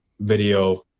video